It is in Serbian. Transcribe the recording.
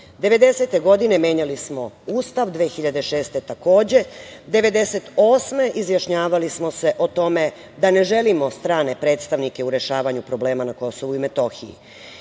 1990. godine menjali smo Ustav, 2006. godine takođe, 1998. godine izjašnjavali smo se o tome da ne želimo strane predstavnike u rešavanju problema na Kosovu i Metohiji.